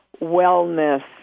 wellness